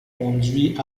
conduit